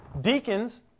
Deacons